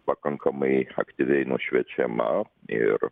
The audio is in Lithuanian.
pakankamai aktyviai nušviečiama ir